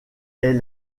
est